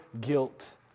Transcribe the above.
guilt